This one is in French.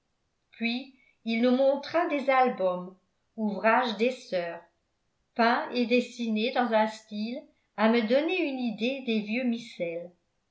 puis il nous montra des albums ouvrage des sœurs peints et dessinés dans un style à me donner une idée des vieux